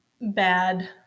bad